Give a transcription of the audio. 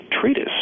treatise